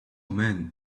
men